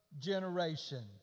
generation